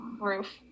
Roof